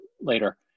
later